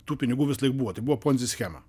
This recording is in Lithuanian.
tų pinigų visąlaik buvo tai buvo ponzi schema